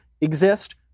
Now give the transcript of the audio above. exist